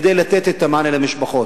כדי לתת את המענה למשפחות.